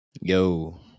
Yo